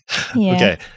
Okay